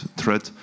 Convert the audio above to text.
threat